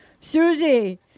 Susie